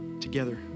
together